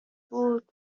بود